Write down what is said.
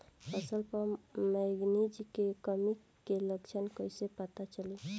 फसल पर मैगनीज के कमी के लक्षण कईसे पता चली?